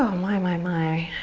um my, my, my.